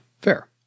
fair